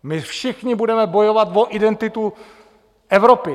My všichni budeme bojovat o identitu Evropy.